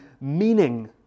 meaning